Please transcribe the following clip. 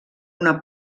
una